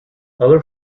other